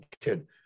kid